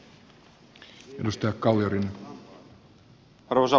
arvoisa puhemies